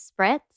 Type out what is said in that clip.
Spritz